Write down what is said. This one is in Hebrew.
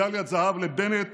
מדליית זהב לבנט